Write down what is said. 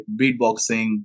beatboxing